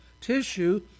tissue